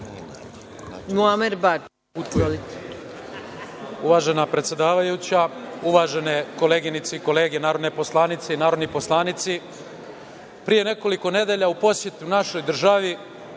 Uvažena predsedavajuća, uvažene koleginice i kolege narodne poslanice i narodni poslanici, pre nekoliko nedelja u poseti našoj državi